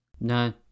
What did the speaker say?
No